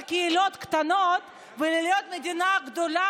קהילות קטנות לבין להיות מדינה גדולה,